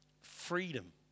freedom